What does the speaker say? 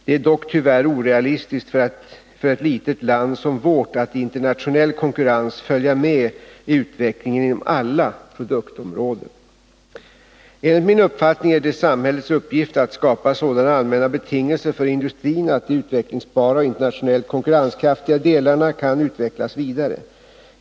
Det är dock tyvärr orealistiskt för ett litet land som vårt att i internationell konkurrens följa med i utvecklingen inom alla produktområden. Enligt min uppfattning är det samhällets uppgift att skapa sådana allmänna betingelser för industrin att de utvecklingsbara och internationellt konkurrenskraftiga delarna kan utvecklas vidare.